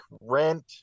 rent